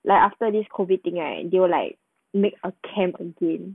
like after this COVID thing right they were like make a camp again